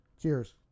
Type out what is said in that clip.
Cheers